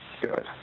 good